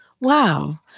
Wow